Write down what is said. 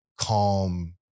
calm